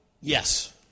Yes